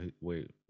wait